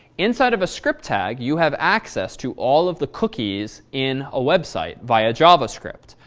inside of a script tag, you have access to all of the cookies in a website via javascript.